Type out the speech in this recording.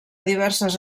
diverses